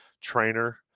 trainer